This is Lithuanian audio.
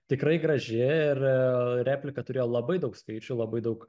tikrai graži ir aaa replika turėjo labai daug skaičių labai daug